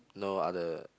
no other